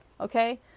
Okay